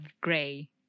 gray